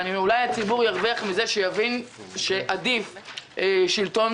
אולי הציבור ירוויח מזה שיבין שעדיף שלטון